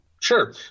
Sure